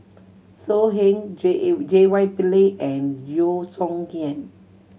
So Heng J J Y Pillay and Yeo Song Nian